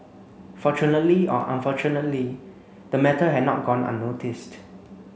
fortunately or unfortunately the matter had not gone unnoticed